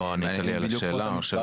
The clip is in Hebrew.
לא ענית לי על השאלה, או שלא הבנת.